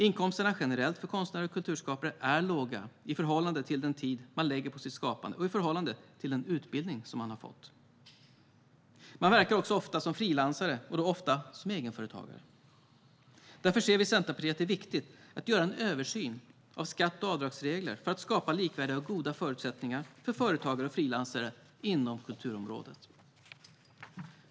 Inkomsterna för konstnärer och kulturskapare är generellt låga i förhållande till den tid de lägger på sitt skapande och i förhållande till den utbildning de har fått. De verkar också ofta som frilansare och då många gånger som egenföretagare. Därför ser vi i Centerpartiet att det är viktigt att göra en översyn av skatte och avdragsregler för att skapa likvärdiga och goda förutsättningar för företagare och frilansare inom kultursektorn.